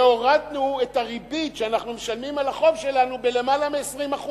והורדנו את הריבית שאנחנו משלמים על החוב שלנו בלמעלה מ-20%.